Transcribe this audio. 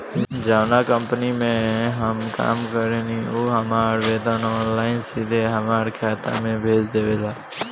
जावना कंपनी में हम काम करेनी उ हमार वेतन ऑनलाइन सीधे हमरा खाता में भेज देवेले